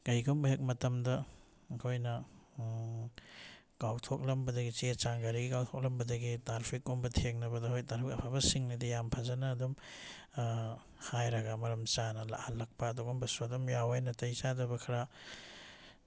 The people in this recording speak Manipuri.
ꯀꯩꯒꯨꯝꯕ ꯍꯦꯛ ꯃꯇꯝꯗ ꯑꯩꯈꯣꯏꯅ ꯀꯥꯎꯊꯣꯛꯂꯝꯕꯗꯒꯤ ꯆꯦ ꯆꯥꯡ ꯒꯥꯔꯤꯒꯤ ꯀꯥꯎꯊꯣꯛꯂꯝꯕꯗꯒꯤ ꯇ꯭ꯔꯥꯐꯤꯛ ꯀꯨꯝꯕ ꯊꯦꯡꯅꯕꯗ ꯍꯣꯏ ꯇ꯭ꯔꯥꯐꯤꯛ ꯑꯐꯕꯁꯤꯡꯅꯗꯤ ꯌꯥꯝ ꯐꯖꯅ ꯑꯗꯨꯝ ꯍꯥꯏꯔꯒ ꯑꯗꯨꯝ ꯃꯔꯝ ꯆꯥꯅ ꯂꯥꯛꯍꯜꯂꯛꯄ ꯑꯗꯨꯒꯨꯝꯕꯁꯨ ꯑꯗꯨꯝ ꯌꯥꯎꯋꯤ ꯅꯥꯇꯩ ꯆꯥꯗꯕ ꯈꯔ